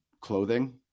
clothing